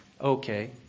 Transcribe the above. okay